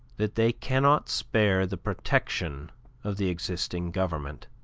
that they cannot spare the protection of the existing government,